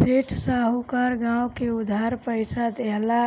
सेठ साहूकार गांव में उधार पईसा देहला